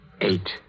Eight